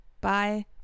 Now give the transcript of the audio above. Bye